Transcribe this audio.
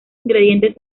ingredientes